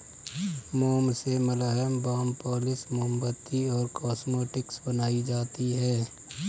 मोम से मलहम, बाम, पॉलिश, मोमबत्ती और कॉस्मेटिक्स बनाई जाती है